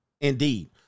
Indeed